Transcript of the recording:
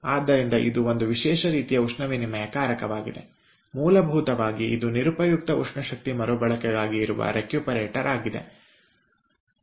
ಆದ್ದರಿಂದ ಇದು ಒಂದು ವಿಶೇಷ ರೀತಿಯ ಉಷ್ಣವಿನಿಮಯಕಾರಕವಾಗಿದೆ ಮೂಲಭೂತವಾಗಿ ಇದು ನಿರುಪಯುಕ್ತ ಉಷ್ಣಶಕ್ತಿಯ ಮರುಬಳಕೆಗಾಗಿ ಇರುವ ರೆಕ್ಯೂಪರೇಟರ್ ಆಗಿದೆ